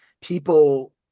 people